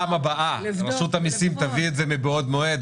הבאה רשות המיסים תביא את זה מבעוד מועד,